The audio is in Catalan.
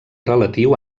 relatiu